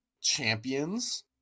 champions